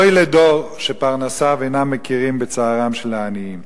אוי לדור שפרנסיו אינם מכירים בצערם של העניים.